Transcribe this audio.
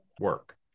work